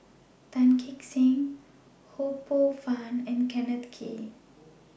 Tan Kee Sek Ho Poh Fun and Kenneth Kee